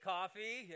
Coffee